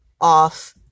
off